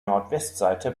nordwestseite